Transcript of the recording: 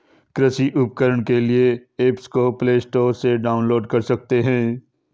कृषि उपकरण खरीदने के लिए एप्स को प्ले स्टोर से डाउनलोड कर सकते हैं